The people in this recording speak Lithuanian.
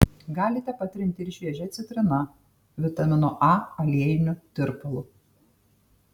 galite patrinti ir šviežia citrina vitamino a aliejiniu tirpalu